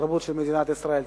והתרבות של מדינת ישראל.